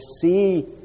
see